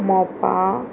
Mopa